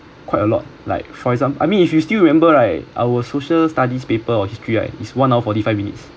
quite a lot like for example I mean if you still remember right our social studies paper or history right is one hour forty five minutes